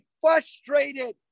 frustrated